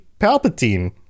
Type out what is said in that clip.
Palpatine